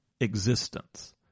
existence